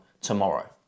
tomorrow